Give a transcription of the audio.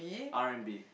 R-and-B